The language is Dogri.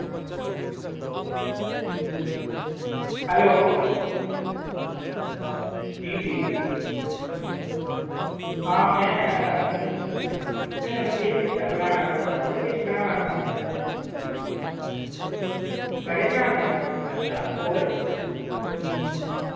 हैलो जी जी हां में तुसें केह् बनाना तुस आक्खा दे हे किश बनाना तुसें कड़े बनाने अच्छा होर